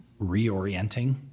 reorienting